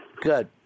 Good